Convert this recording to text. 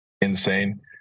insane